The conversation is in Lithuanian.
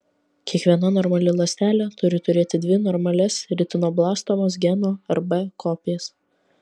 kiekviena normali ląstelė turi turėti dvi normalias retinoblastomos geno rb kopijas